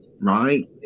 right